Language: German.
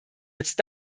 jetzt